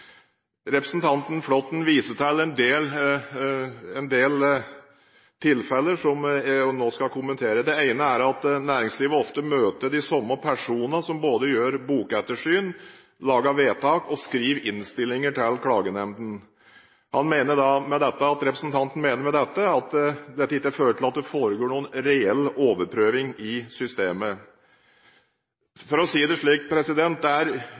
Representanten Flåtten viser til en del tilfeller. Det ene er at næringslivet ofte møter de samme personer som både gjør bokettersyn, lager vedtak og skriver innstilling til klagenemndene. Representanten mener at dette fører til at det ikke foregår noen reell overprøving i systemet. For å si det slik: Det er